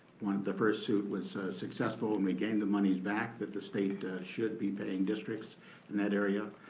the first suit was successful and we gained the monies back that the state should be paying districts in that area.